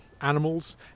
animals